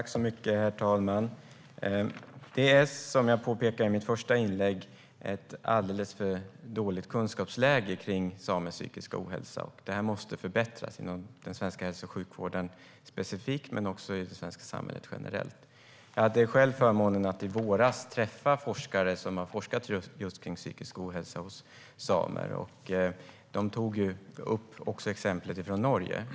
Herr talman! Precis som jag påpekade i mitt första inlägg är det ett alldeles för dåligt kunskapsläge om samers psykiska ohälsa. Det måste förbättras inom den svenska hälso och sjukvården specifikt och i det svenska samhället generellt. Jag hade själv förmånen att i våras träffa forskare som har forskat just i psykisk ohälsa hos samer. De tog också upp exemplet från Norge.